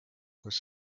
kus